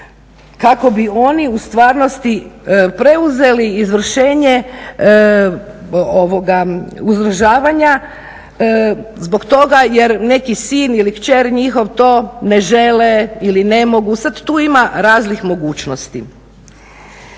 kako bi oni u stvarnosti preuzeli izvršenje uzdržavanja zbog toga jer neki sin ili kćer to ne žele ili ne mogu, sad tu ima raznih mogućnosti.